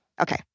Okay